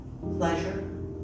pleasure